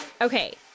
okay